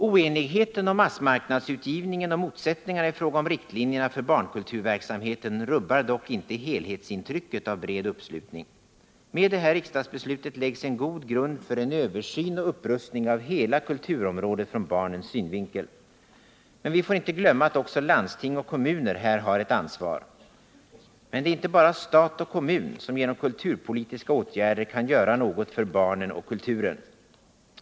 Oenigheten om massmarknadsutgivningen och motsättningarna i fråga om riktlinjerna för barnkulturverksamheten rubbar dock inte helhetsintrycket av bred uppslutning. Med det här riksdagsbeslutet läggs en god grund för en översyn och upprustning av hela kulturområdet från barnens synvinkel. Vi får dock inte glömma att också landsting och kommuner här har ett ansvar. Men det är inte bara stat och kommun som genom kulturpolitiska åtgärder kan göra något för barnen och kulturen.